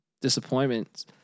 disappointments